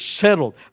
settled